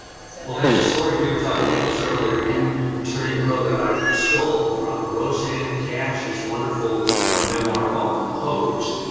and so that. well there's a story, we were talking about this earlier, in turning pro that i stole from rosanne cash's wonderful memoir called composed,